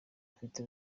afite